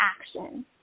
action